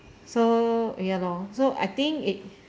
so ya lor so I think it